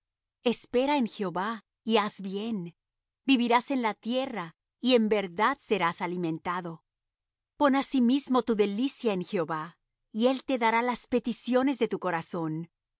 espera en jehová y haz bien vivirás en la tierra y en verdad serás alimentado pon asimismo tu delicia en jehová y él te dará las peticiones de tu corazón